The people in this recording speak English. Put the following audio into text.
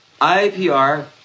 IPR